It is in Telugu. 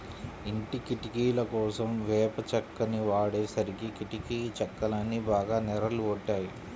ఇంటి కిటికీలకోసం వేప చెక్కని వాడేసరికి కిటికీ చెక్కలన్నీ బాగా నెర్రలు గొట్టాయి